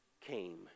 came